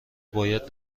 باید